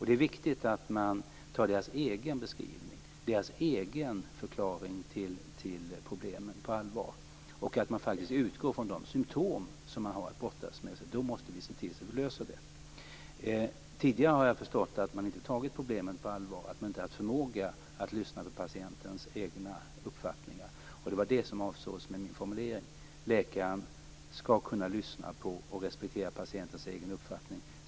Det är viktigt att man tar deras egen beskrivning, deras egen förklaring till problemen på allvar och att man faktiskt utgår från de symtom de har att brottas med. Det måste vi se till att vi löser. Tidigare har jag förstått att man inte har tagit problemet på allvar, att man inte har haft förmåga att lyssna på patientens egna uppfattningar. Det var det som avsågs med min formulering. Läkaren skall kunna lyssna på och respektera patientens egen uppfattning.